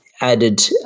added